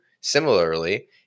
similarly